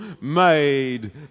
made